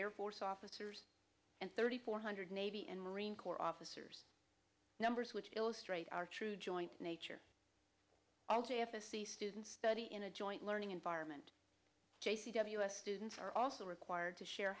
air force officers and thirty four hundred navy and marine corps officers numbers which illustrate our true joint nature all to a f s c students study in a joint learning environment j c w s students are also required to share